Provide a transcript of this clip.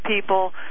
people